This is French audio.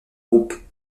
groupe